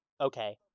okay